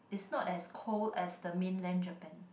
it's not as cold as the mainland Japan